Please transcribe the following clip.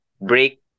break